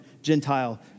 Gentile